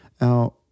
Now